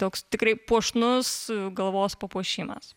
toks tikrai puošnus galvos papuošimas